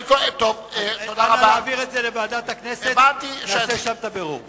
צריך להעביר לוועדת הכנסת ושם נעשה את הבירור.